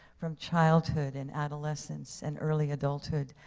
from childhood and adolescence and early adulthood.